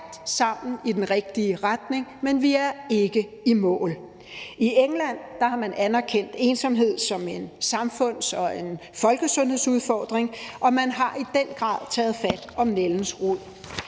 sammen i den rigtige retning, men vi er ikke i mål. I England har man anerkendt ensomhed som en samfunds- og en folkesundhedsudfordring, og man har i den grad taget fat om nældens rod.